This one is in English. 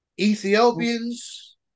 Ethiopians